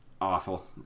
Awful